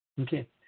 Okay